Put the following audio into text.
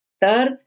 Third